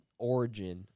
origin